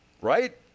right